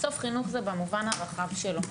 בסוף חינוך זה במובן הרחב שלו.